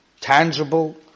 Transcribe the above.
tangible